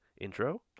intro